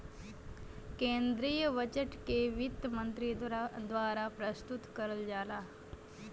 केन्द्रीय बजट के वित्त मन्त्री द्वारा प्रस्तुत करल जाला